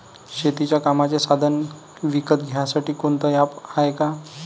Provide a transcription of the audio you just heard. शेतीच्या कामाचे साधनं विकत घ्यासाठी कोनतं ॲप हाये का?